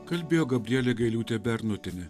kalbėjo gabrielė gailiūtė bernotienė